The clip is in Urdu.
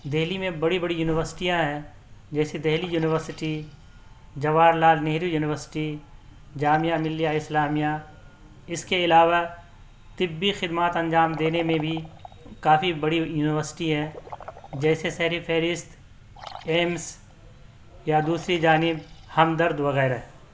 دہلی میں بڑی بڑی یونیورسٹیاں ہیں جیسے دہلی یونیورسٹی جواہر لال نہرو یونیورسٹی جامعہ ملیہ اسلامیہ اس کے علاوہ طبی خدمات انجام دینے میں بھی کافی بڑی یونیورسٹی ہے جیسے سرفہرست ایمس یا دوسری جانب ہمدرد وغیرہ